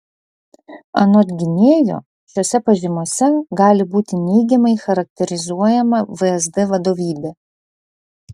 anot gynėjo šiose pažymose gali būti neigiamai charakterizuojama vsd vadovybė